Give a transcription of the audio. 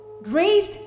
raised